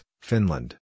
Finland